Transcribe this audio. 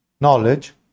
knowledge